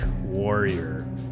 Warrior